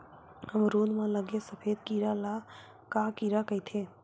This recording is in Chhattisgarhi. अमरूद म लगे सफेद कीरा ल का कीरा कइथे?